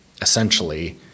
essentially